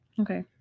okay